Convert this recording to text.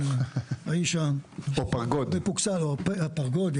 האיש המפוקסל או הפרגוד.